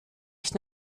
ich